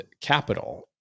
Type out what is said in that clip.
capital